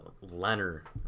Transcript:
Leonard